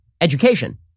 education